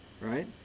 right